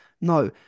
No